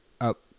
up